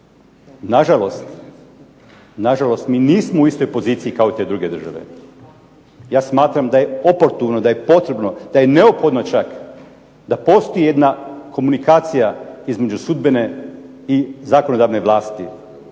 Nažalost, mi nismo u istoj poziciji kao te druge države. Ja smatram da je oportuno, da je potrebno, da je neophodno čak da postoji jedna komunikacija između sudbene i zakonodavne vlasti.